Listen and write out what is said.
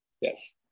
Yes